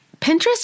Pinterest